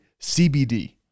CBD